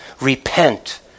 Repent